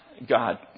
God